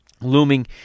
looming